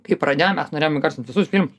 kai pradėjom mes norėjom įgarsint visus filmus